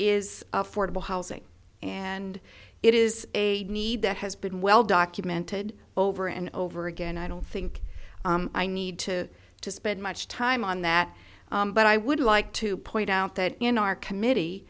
is affordable housing and it is a need that has been well documented over and over again i don't think i need to to spend much time on that but i would like to point out that in our committee